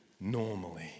normally